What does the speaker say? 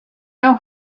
know